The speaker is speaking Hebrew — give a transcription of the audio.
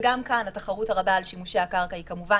וגם כאן התחרות הרבה של שימושי הקרקע כמובן